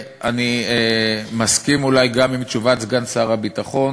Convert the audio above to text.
אני מסכים אולי גם עם תשובת סגן שר הביטחון.